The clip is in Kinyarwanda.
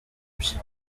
bye